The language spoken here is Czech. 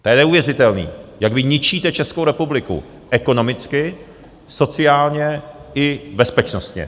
To je neuvěřitelné, jak vy ničíte Českou republiku ekonomicky, sociálně i bezpečnostně.